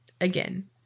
again